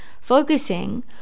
focusing